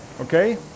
okay